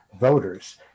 voters